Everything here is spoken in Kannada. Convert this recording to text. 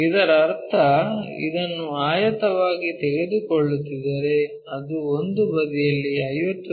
ಇದರರ್ಥ ಇದನ್ನು ಆಯತವಾಗಿ ತೆಗೆದುಕೊಳ್ಳುತ್ತಿದ್ದರೆ ಅದು ಒಂದು ಬದಿಯಲ್ಲಿ 50 ಮಿ